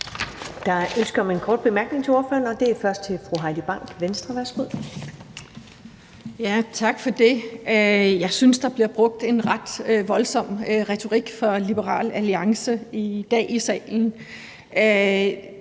Der er ønsker om korte bemærkninger til ordføreren. Først er det fru Heidi Bank, Venstre. Værsgo. Kl. 19:50 Heidi Bank (V): Tak for det. Jeg synes, der bliver brugt en ret voldsom retorik fra Liberal Alliances side i salen